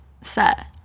set